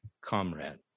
comrade